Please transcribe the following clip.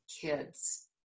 kids